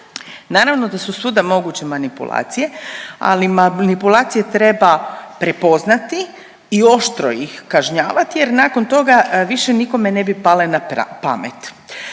Naravno da su svuda moguće manipulacije, ali manipulacije treba prepoznati i oštro ih kažnjavat jer nakon toga više nikome ne bi pale na pamet.